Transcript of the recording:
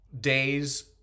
days